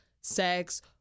sex